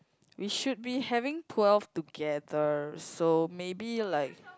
we should be having twelve together so maybe like